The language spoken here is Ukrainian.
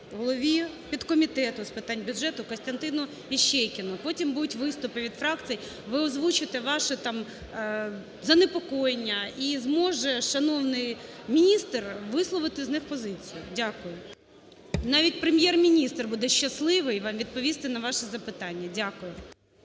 голові підкомітету з питань бюджету Костянтину Іщейкіну. Потім будуть виступи від фракцій – ви озвучите ваше там занепокоєння. І зможе шановний міністр висловити з них позицію. Дякую. Навіть Прем'єр-міністр буде щасливий вам відповісти на ваші запитання. Дякую.